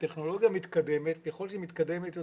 הטכנולוגיה מתקדמת וככל שהיא מתקדמת יותר,